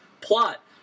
plot